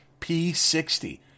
p60